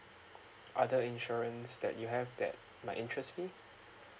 other insurance that you have that might interest me